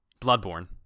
Bloodborne